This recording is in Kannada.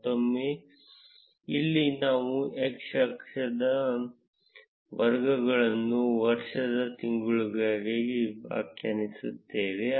ಮತ್ತೊಮ್ಮೆ ಇಲ್ಲಿ ನಾವು x ಅಕ್ಷದ ವರ್ಗಗಳನ್ನು ವರ್ಷದ ತಿಂಗಳುಗಳಾಗಿ ವ್ಯಾಖ್ಯಾನಿಸುತ್ತೇವೆ